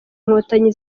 inkotanyi